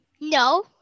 No